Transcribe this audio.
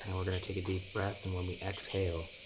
and we're going to take a deep breath, and when we exhale,